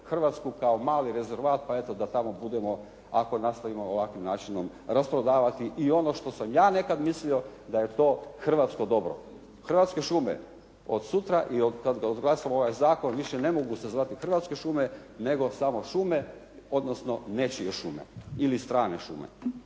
Hrvatsku kao mali rezervat pa eto da tamo budemo ako nastavimo ovakvim načinom rasprodavati i ono što sam ja nekad mislio da je to hrvatsko dobro. Hrvatske šume od sutra i kad odglasamo ovaj zakon više ne mogu se zvati hrvatske šume nego samo šume odnosno nečije šume ili strane šume.